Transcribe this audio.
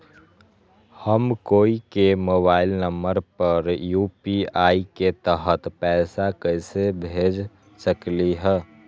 हम कोई के मोबाइल नंबर पर यू.पी.आई के तहत पईसा कईसे भेज सकली ह?